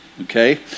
okay